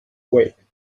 wait